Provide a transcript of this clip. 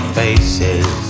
faces